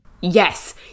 Yes